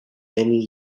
many